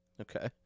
Okay